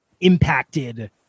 impacted